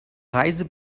reise